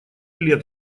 лет